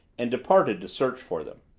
and departed to search for them.